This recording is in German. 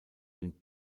den